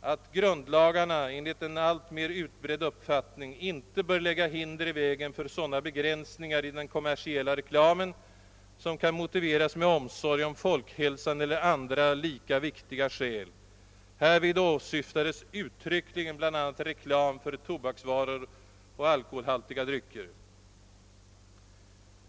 att grundlagarna enligt en alltmer utbredd uppfattning inte bör lägga hinder i vägen för sådana begränsningar i den kommersiella reklamen som kan motiveras med omsorg om folkhälsan eller andra lika viktiga skäl. Härvid åsyftades uttryckligen bl.a. reklam för tobaksvaror och alkoholhaltiga drycker.